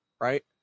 right